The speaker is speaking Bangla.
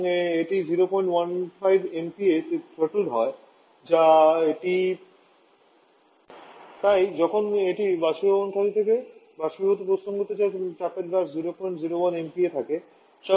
এবং এটি 015 এমপিএতে থ্রোটলড হয় যা এটি তাই যখন এটি বাষ্পীভবন খালি থেকে বাষ্পীভূত প্রস্থান করতে যায় তখন চাপ হ্রাসের 001 এমপিএ থাকে